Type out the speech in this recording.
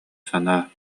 санаа